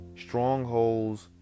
Strongholds